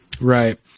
right